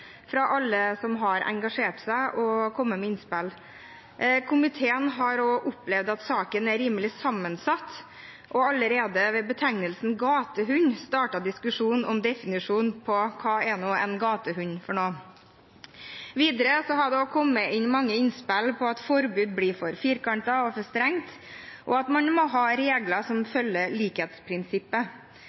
fra alle som har engasjert seg og kommet med innspill. Komiteen har opplevd at saken er rimelig sammensatt, og allerede ved betegnelsen «gatehund» startet diskusjonen om definisjonen av hva en gatehund er for noe. Videre har det kommet inn mange innspill om at forbud blir for firkantet og for strengt, og at man må ha regler som følger likhetsprinsippet.